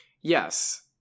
Yes